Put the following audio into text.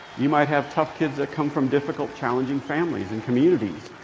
you might have tough kids that come from difficult, challenging families and communities.